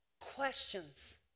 questions